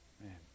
Man